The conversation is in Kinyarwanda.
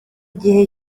gihe